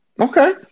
Okay